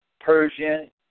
Persian